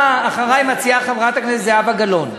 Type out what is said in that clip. שאחרי מציעה חברת הכנסת זהבה גלאון,